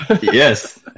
Yes